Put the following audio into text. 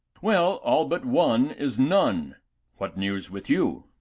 well, all but one is none what news with you?